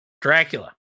Dracula